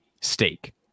steak